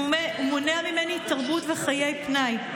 הוא מונע ממני תרבות וחיי פנאי.